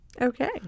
okay